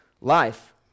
life